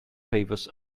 favours